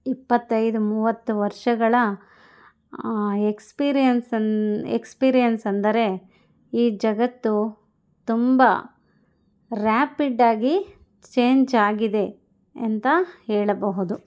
ಇಪ್ಪತ್ತೈದು ಮೂವತ್ತು ವರ್ಷಗಳ ಎಕ್ಸ್ಪೀರಿಯನ್ಸನ್ನು ಎಕ್ಸ್ಪೀರಿಯೆನ್ಸ್ ಅಂದರೆ ಈ ಜಗತ್ತು ತುಂಬ ರ್ಯಾಪಿಡ್ಡಾಗಿ ಚೇಂಜ್ ಆಗಿದೆ ಎಂತ ಹೇಳಬಹುದು